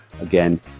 Again